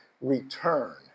Return